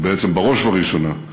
בעצם בראש ובראשונה,